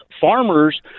farmers